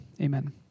Amen